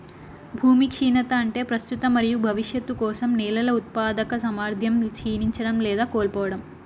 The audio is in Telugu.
భూమి క్షీణత అంటే ప్రస్తుత మరియు భవిష్యత్తు కోసం నేలల ఉత్పాదక సామర్థ్యం క్షీణించడం లేదా కోల్పోవడం